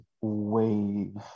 wave